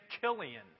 Killian